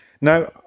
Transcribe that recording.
Now